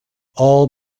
all